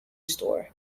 store